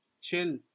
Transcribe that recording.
chill